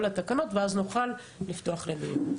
התקנות ואז נוכל לפתוח את הדברים לדיון.